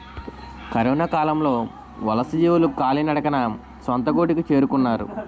కరొనకాలంలో వలసజీవులు కాలినడకన సొంత గూటికి చేరుకున్నారు